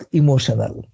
emotional